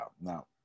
Now